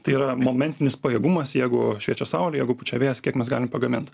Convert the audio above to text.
tai yra momentinis pajėgumas jeigu šviečia saulė jeigu pučia vėjas kiek mes galim pagamint